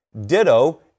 Ditto